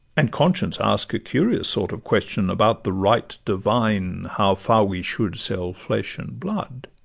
and conscience ask a curious sort of question, about the right divine how far we should sell flesh and blood.